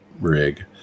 rig